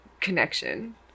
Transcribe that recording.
Connection